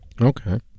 Okay